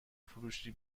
فروشی